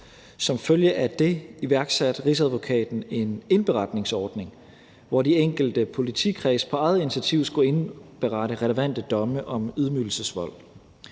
Som følge af det iværksatte Rigsadvokaten en indberetningsordning, hvor de enkelte politikredse på eget initiativ skulle indberette relevante domme for ydmygelsesvold.